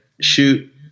shoot